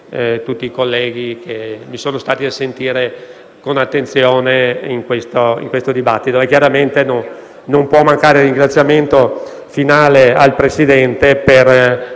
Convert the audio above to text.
grazie a tutti